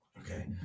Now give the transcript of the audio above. okay